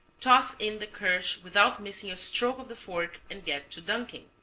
toss in the kirsch without missing a stroke of the fork and get to dunking.